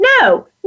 No